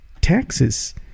taxes